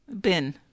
bin